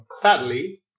Sadly